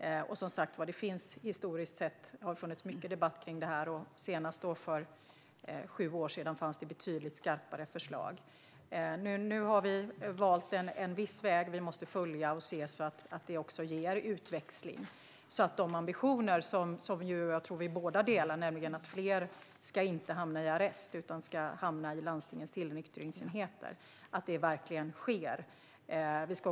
Det har, som sagt, historiskt sett funnits mycket debatt om detta. Senast, för sju år sedan, fanns det betydligt skarpare förslag. Nu har vi valt en viss väg som vi måste följa. Vi måste se att den ger utväxling, så att de ambitioner som jag tror att vi delar - nämligen att fler ska hamna i landstingens tillnyktringsenheter stället för i arrest - faktiskt blir verklighet.